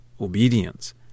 obedience